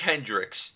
Kendricks